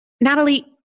Natalie